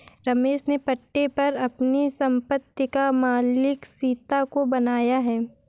रमेश ने पट्टे पर अपनी संपत्ति का मालिक सीता को बनाया है